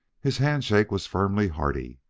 his hand-shake was firmly hearty,